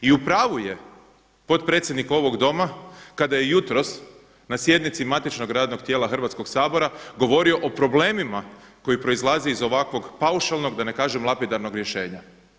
I u pravu je potpredsjednik ovog Doma kada je jutros na sjednici matičnog radnog tijela Hrvatskog sabora govorio o problemima koji proizlaze iz ovakvog paušalnog da ne kažem lapidarnog rješenja.